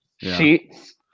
Sheets